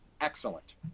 excellent